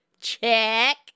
Check